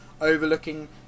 overlooking